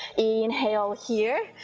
inhale here,